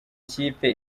kipe